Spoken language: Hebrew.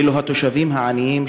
ואילו התושבים העניים,